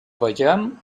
vegem